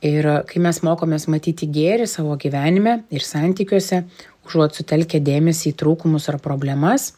ir kai mes mokomės matyti gėrį savo gyvenime ir santykiuose užuot sutelkę dėmesį į trūkumus ar problemas